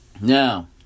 Now